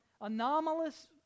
anomalous